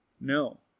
No